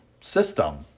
system